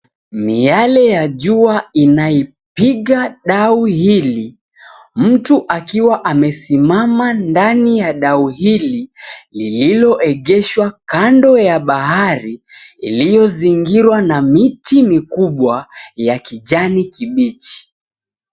Miale ya jua inaipiga dau hili. Mtu akiwa amesimama ndani ya dau hili. Liloegeshwa kando ya bahari. Iliyozingiriwa na miti mikubwa ya kijani kibichi.